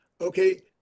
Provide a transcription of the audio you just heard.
Okay